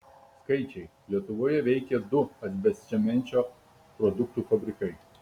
skaičiai lietuvoje veikė du asbestcemenčio produktų fabrikai